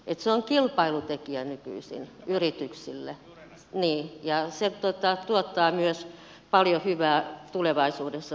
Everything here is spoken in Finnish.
se on kilpailutekijä nykyisin yrityksille ja se tuottaa myös paljon hyvää tulevaisuudessa suomelle